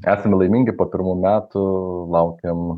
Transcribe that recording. esame laimingi po pirmų metų laukiam